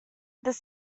this